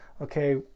okay